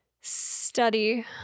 study